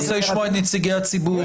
אני רוצה לשמוע את נציגי הציבור.